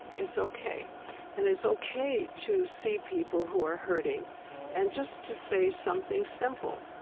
it's ok and it's ok to see people who are hurting and just to say something simple.